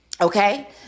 Okay